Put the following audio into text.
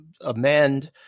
amend